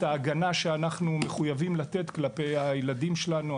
ההגנה שאנחנו מחויבים לתת כלפי הילדים שלנו,